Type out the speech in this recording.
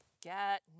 get